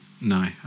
no